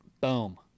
boom